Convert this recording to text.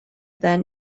then